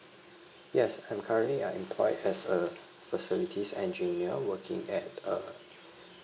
yes I'm currently are employed as a facilities engineer working at a